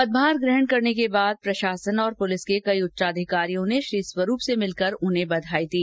पदभार ग्रहण करने के बाद प्रशासन और पुलिस के कई उच्च अधिकारियो ने श्री स्वरूप से भिलकर उन्हें बधाई दी